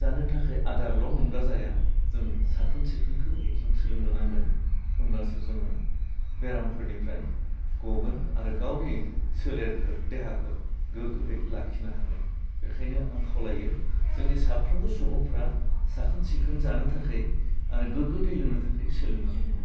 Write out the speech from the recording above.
जानो थाखाय आदारल' मोनब्ला जाया जों साखोन सिखोनखो जों सोलोंनो नांगोन होनब्लासो जोङो बेरामफोरनिफ्राय गगोन आरो गावनि सोलेरखौ देहाखौ गोग्गोयै लाखिनो हागोन बेखायनो आं खावलायो जोंनि साफ्रोमबो सुबुंफ्रा साखोन सिखोन जानो थाखाय आरो गोग्गो दै लोंनो थाखाय सोलोंनो लांगौ